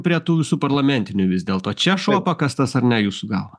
prie tų visų parlamentinių vis dėlto čia šuo pakastas ar ne jūsų galva